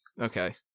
Okay